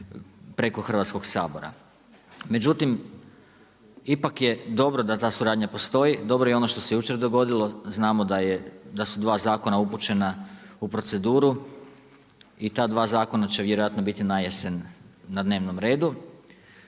preko Hrvatskog sabora. Međutim, ipak je dobro da ta suradnja postoji, dobro je i ono što se jučer dogodilo, znamo da su dva zakona upućena u proceduru i ta dva zakona će vjerojatno biti na jesan na dnevnom redu.